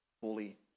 fully